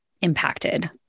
impacted